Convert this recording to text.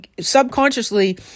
subconsciously